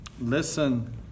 listen